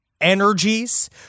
energies